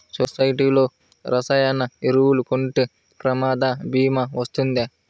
సొసైటీలో రసాయన ఎరువులు కొంటే ప్రమాద భీమా వస్తుందా?